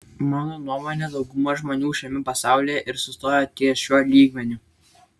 mano nuomone dauguma žmonių šiame pasaulyje ir sustojo ties šiuo lygmeniu